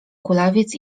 kulawiec